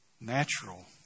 natural